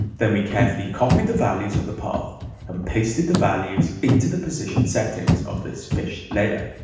then we carefully copy the values of the path and pasted the values into the position settings of this fish layer.